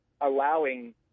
allowing